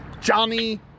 Johnny